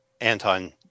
Anton